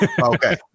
Okay